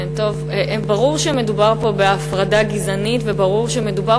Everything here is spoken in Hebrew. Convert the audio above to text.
ברור שמדובר פה בהפרדה גזענית וברור שמדובר